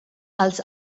als